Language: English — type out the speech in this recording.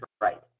right